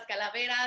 Calaveras